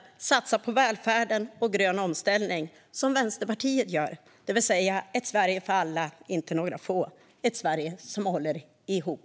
Man satsar på välfärden och grön omställning, så som Vänsterpartiet gör, för ett Sverige för alla, inte några få, och för ett Sverige som håller ihop.